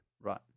Right